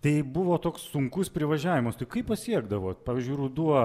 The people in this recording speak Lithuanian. tai buvo toks sunkus privažiavimas tai kaip pasiekdavot pavyzdžiui ruduo